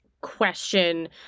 question